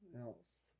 else